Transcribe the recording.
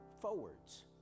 forwards